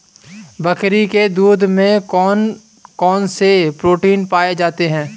बकरी के दूध में कौन कौनसे प्रोटीन पाए जाते हैं?